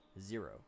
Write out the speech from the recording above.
Zero